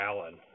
Alan